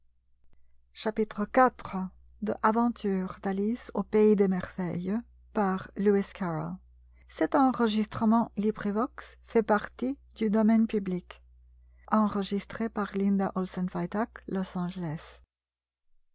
d'alice au pays des merveilles